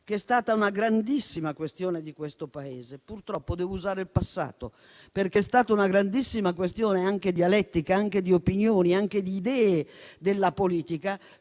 che è stata una grandissima questione di questo Paese. Purtroppo devo usare il passato, perché è stata una grandissima questione, anche dialettica, di opinioni e di idee della politica,